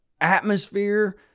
atmosphere